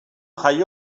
jaio